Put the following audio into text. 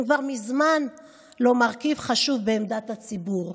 הם כבר מזמן לא מרכיב חשוב בעמדת הציבור.